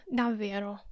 davvero